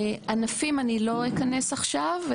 לענפים אני לא אכנס עכשיו,